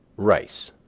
rice.